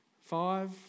Five